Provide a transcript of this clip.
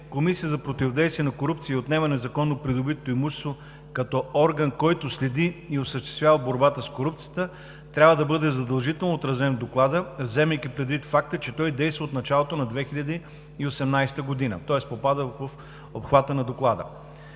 Комисията за противодействие на корупцията и за отнемане на незаконно придобитото имущество като орган, който следи и осъществява борбата с корупцията, трябва да бъде задължително отразен в Доклада, вземайки предвид факта, че той действа от началото на 2018 г., тоест попада в обхвата на Доклада.